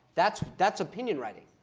that's that's opinion writing.